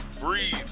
breathe